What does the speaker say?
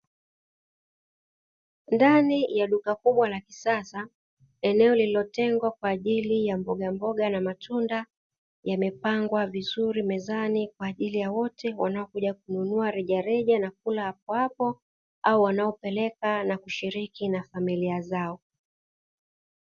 Ndani ya duka la kisasa Matunda na mboga za kisasa, maeneo yaliyotengwa kwa ajili ya m boga mboga na matunda yamepangwa vizuri mezani kwa ajili ya wote wanaokuja kununua rejea rejea na kula hapo au wanaopeleka na kushiriki na familia.